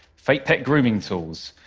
fake pet grooming tools,